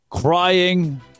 Crying